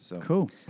Cool